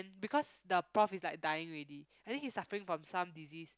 because the prof is like dying already and then he's suffering from some disease